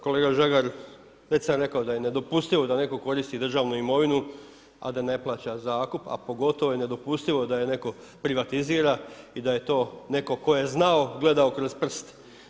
Kolega Žagar, već sam rekao da je nedopustivo da netko koristi državnu imovinu, a da ne plaća zakup, a pogotovo je nedopustivo da je netko privatizira i da je to netko tko je znao, gledao kroz prst.